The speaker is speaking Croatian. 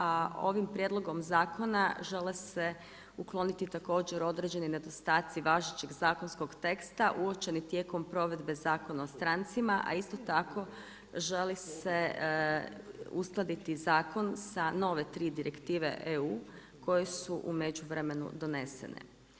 A ovim prijedlogom zakona žele se ukloniti također određeni nedostaci važećeg zakonskog teksta uočenog tijekom provedbe Zakona o strancima a isto tako želi se uskladiti zakon sa nove tri direktive EU koje su u međuvremenu donesene.